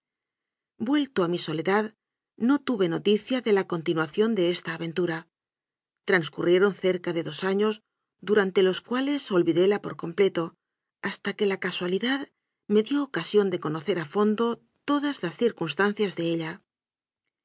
vuelto a mi soledad no tuve noticia de la con tinuación de esta aventura transcurrieron cerca de dos años durante los cuales olvidóla por com pleto hasta que la casualidad me dió ocasión de conocer a fondo todas las circunstancias de ella